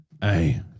Hey